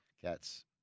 Cats